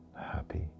happy